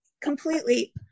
completely